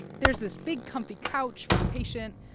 there's this big comfy couch for the patient,